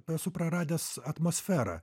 esu praradęs atmosferą